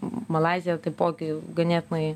malaizija taipogi ganėtinai